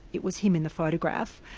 it was him in the photograph.